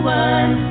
one